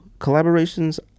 collaborations